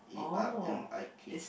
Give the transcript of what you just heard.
A R M I K